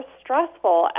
stressful